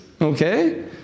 Okay